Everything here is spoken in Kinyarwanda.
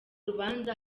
rubanza